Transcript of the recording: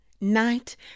Night